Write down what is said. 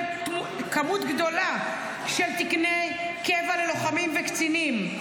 כמות גדולה של תקני קבע ללוחמים וקצינים,